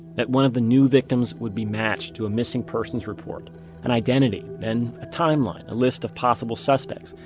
that one of the new victims would be matched to a missing persons report an identity, then a timeline, a list of possible suspects,